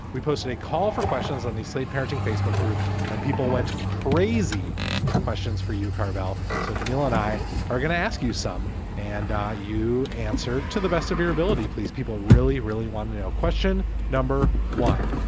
we posted a call for questions on the slate parenting facebook group and people went crazy with questions for you. carville so jamal and i are going to ask you some and you answer to the best of your ability, please. people really, really want to know. question number one.